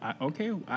Okay